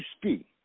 speak